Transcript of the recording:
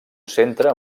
centre